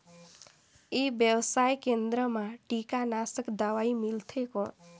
ई व्यवसाय केंद्र मा कीटनाशक दवाई मिलथे कौन?